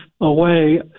away –